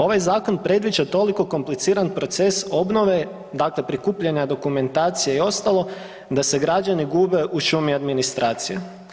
Ovaj zakon predviđa toliko kompliciran proces obnove, dakle prikupljanja dokumentacije i ostalo da se građani gube u šumi administracije.